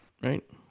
Right